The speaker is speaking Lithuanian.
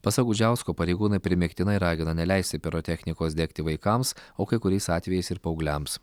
pasak gudžiausko pareigūnai primygtinai ragina neleisti pirotechnikos degti vaikams o kai kuriais atvejais ir paaugliams